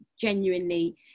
Genuinely